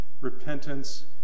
Repentance